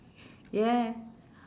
yeah